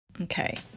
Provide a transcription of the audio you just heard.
Okay